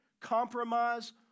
compromise